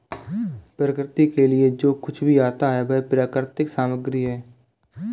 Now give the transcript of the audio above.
प्रकृति के लिए जो कुछ भी आता है वह प्राकृतिक सामग्री है